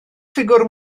ffigwr